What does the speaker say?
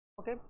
Okay